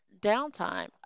downtime